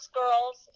girls